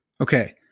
Okay